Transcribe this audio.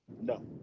no